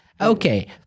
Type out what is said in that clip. Okay